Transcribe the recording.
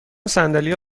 صندلی